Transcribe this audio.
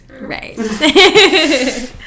Right